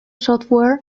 software